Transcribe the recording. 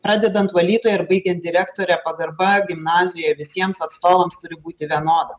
pradedant valytoja ir baigiant direktore pagarba gimnazijoj visiems atstovams turi būti vienoda